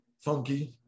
funky